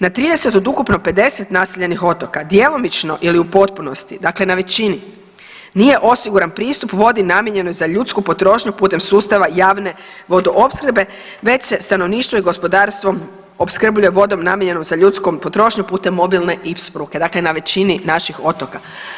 Na 30 od ukupno 50 naseljenih otoka djelomično ili u potpunosti dakle, na većini nije osiguran pristup namijenjenoj za ljudsku potrošnu putem sustava javne vodoopskrbe već se stanovništvo i gospodarstvo opskrbljuje vodom namijenjenom za ljudsku potrošnju putem mobilne … dakle na većini naših otoka.